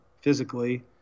physically